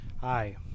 Hi